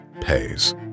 pays